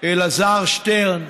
אלעזר שטרן,